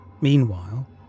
Meanwhile